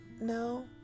no